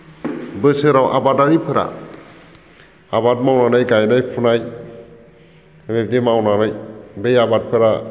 बोसोराव आबादारिफोरा आबाद मावनानै गायनाय फुनाय बेबादि मावनानै बै आबादफोरा